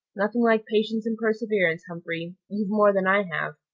nothing like patience and perseverance, humphrey. you've more than i have.